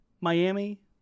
Miami